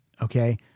Okay